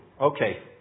Okay